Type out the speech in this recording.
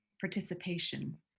participation